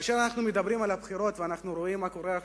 כאשר אנחנו מדברים על הבחירות ואנחנו רואים מה קורה עכשיו,